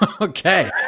Okay